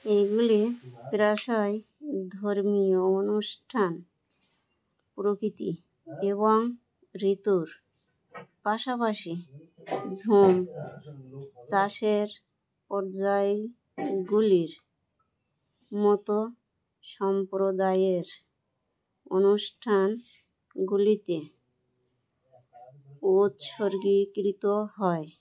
এগুলি প্রায়শই ধর্মীয় অনুষ্ঠান প্রকৃতি এবং ঋতুর পাশাপাশি ঝুম চাষের পর্যায়গুলির মতো সম্প্রদায়ের অনুষ্ঠানগুলিতে উৎসর্গীকৃত হয়